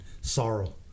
sorrow